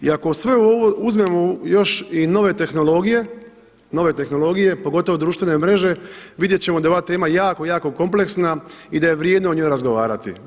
I ako uz sve ovo uzmemo još i nove tehnologije, nove tehnologije, pogotovo društvene mreže, vidjeti ćemo da je ova tema jako, jako kompleksna i da je vrijedno o njoj razgovarati.